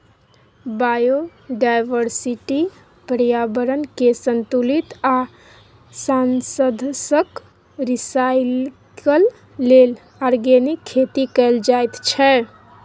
biodiversity, प्रर्याबरणकेँ संतुलित आ साधंशक रिसाइकल लेल आर्गेनिक खेती कएल जाइत छै